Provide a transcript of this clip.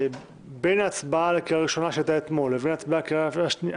בין ההצבעה לקריאה הראשונה שהייתה אתמול ובין הקריאה השנייה